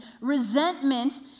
resentment